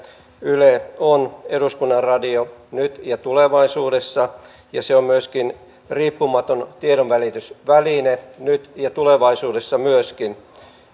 yle on eduskunnan radio nyt ja tulevaisuudessa ja se on myöskin riippumaton tiedonvälitysväline nyt ja myöskin tulevaisuudessa